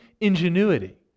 ingenuity